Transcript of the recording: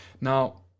Now